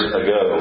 ago